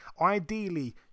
Ideally